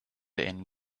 and